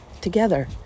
together